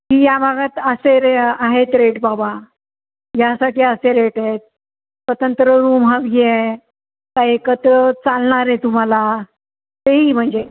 की या भागात असे रे आहेत रेट बाबा यासाठी असे रेट आहेत स्वतंत्र रूम हवी आहे का एकत्र चालणार आहे तुम्हाला ते ही म्हणजे